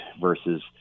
versus